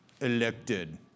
elected